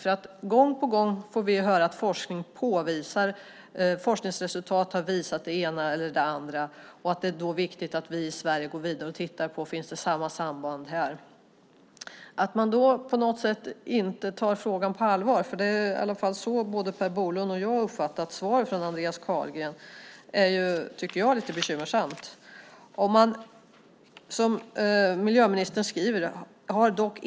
Vi får gång på gång höra att forskningsresultat har visat både det ena och det andra och att det är viktigt att vi i Sverige går vidare och tittar på om samma slags samband finns hos oss. Att inte ta frågan på allvar - så har både Per Bolund och jag uppfattat svaret från Andreas Carlgren - tycker jag är lite bekymmersamt. Om man som miljöministern skriver "har .